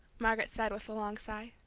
margaret said, with a long sigh.